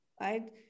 right